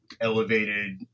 elevated